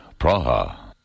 Praha